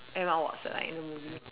Emma Watson like in the movie